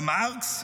גם מרקס,